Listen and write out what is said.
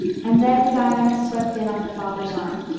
and then diana swept in on her father's arm.